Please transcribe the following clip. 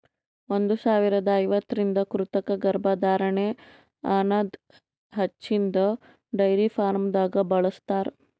ಒಂದ್ ಸಾವಿರದಾ ಐವತ್ತರಿಂದ ಕೃತಕ ಗರ್ಭಧಾರಣೆ ಅನದ್ ಹಚ್ಚಿನ್ದ ಡೈರಿ ಫಾರ್ಮ್ದಾಗ್ ಬಳ್ಸತಾರ್